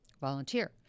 volunteer